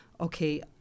okay